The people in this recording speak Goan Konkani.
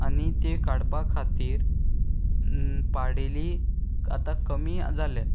आनी ते काडपा खातीर पाडेली आतां कमी जाल्यात